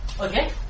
Okay